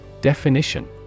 Definition